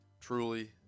truly